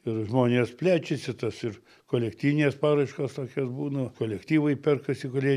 ir žmonės plečiasi tas ir kolektyvinės paraiškos tokios būna kolektyvai perkasi kurie